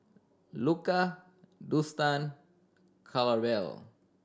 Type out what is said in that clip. Luka Dustan Clarabelle